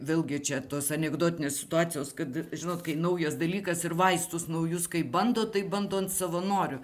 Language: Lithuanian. vėlgi čia tos anekdotinės situacijos kad žinot kai naujas dalykas ir vaistus naujus kai bando tai bando an savanorių